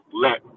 let